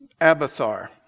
Abathar